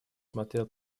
смотрел